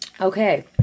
Okay